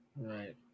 Right